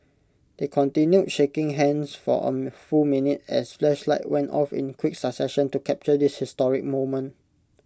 they continued shaking hands for A full minute as flashlights went off in quick succession to capture this historic moment